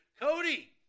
Cody